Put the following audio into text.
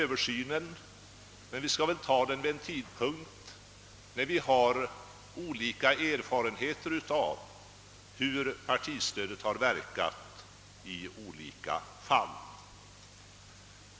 Översynen bör göras vid en tidpunkt då vi har bättre erfarenhet av hur det verkar i olika fall.